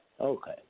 Okay